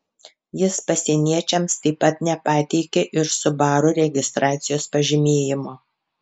jis pasieniečiams taip pat nepateikė ir subaru registracijos pažymėjimo